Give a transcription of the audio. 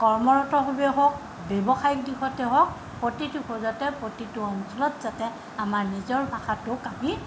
কৰ্মৰতভাৱে হওক ব্যৱসায়িক দিশতে হওক প্ৰতিটো খোজতে প্ৰতিটো অঞ্চলত যাতে আমাৰ নিজৰ ভাষাটোক আমি